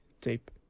deep